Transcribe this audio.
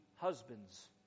husbands